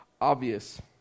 obvious